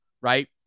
right